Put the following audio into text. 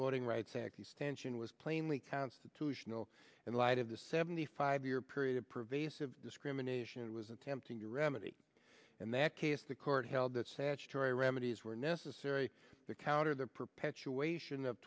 voting rights act the stench in was plainly constitutional in light of the seventy five year period of pervasive discrimination it was attempting to remedy and that case the court held that statutory remedies were necessary to counter the perpetuation of